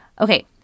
Okay